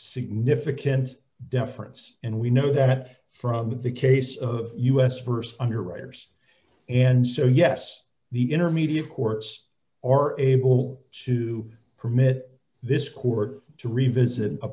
significant deference and we know that from the case of us vs underwriters and so yes the intermediate courts are able to permit this court to revisit a